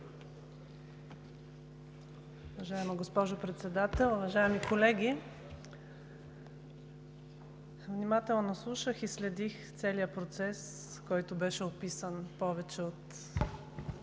Уважаема госпожо Председател, уважаеми колеги! Внимателно слушах и следих целия процес, който беше описан, повече от